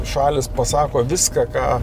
šalys pasako viską ką